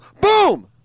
boom